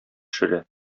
төшерә